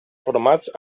formats